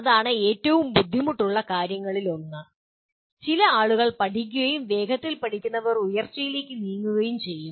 അതാണ് ഏറ്റവും ബുദ്ധിമുട്ടുള്ള കാര്യങ്ങളിൽ ഒന്ന് ചില ആളുകൾ പഠിക്കുകയും വേഗത്തിൽ പഠിക്കുന്നവർ ഉയർച്ചയിലേക്ക് നീങ്ങുകയും ചെയ്യും